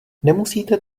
nemusíte